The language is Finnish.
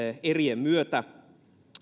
erien myötä